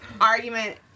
argument